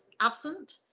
absent